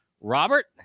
Robert